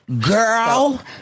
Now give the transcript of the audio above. girl